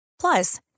Plus